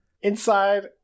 inside